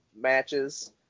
matches